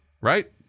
Right